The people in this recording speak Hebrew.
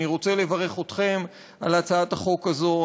אני רוצה לברך אתכם על הצעת החוק הזו.